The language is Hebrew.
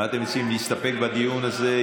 מה אתם מציעים, להסתפק בדיון הזה?